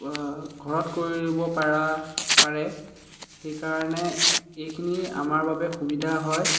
ঘৰত কৰিব পৰা পাৰে সেইকাৰণে এইখিনি আমাৰ বাবে সুবিধা হয়